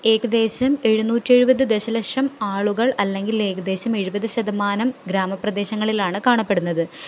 ഏകദേശം എഴുന്നൂറ്റി എഴുപത് ദശലക്ഷം ആളുകൾ അല്ലെങ്കിൽ ഏകദേശം എഴുപത് ശതമാനം ഗ്രാമ പ്രദേശങ്ങളിലാണ് കാണപ്പെടുന്നത്